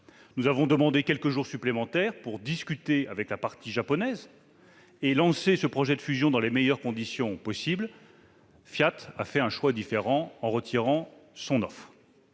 nous avons demandé quelques jours supplémentaires pour discuter avec la partie japonaise et pouvoir lancer ce projet de fusion dans les meilleures conditions possible. Fiat a fait le choix de retirer son offre.